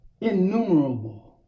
innumerable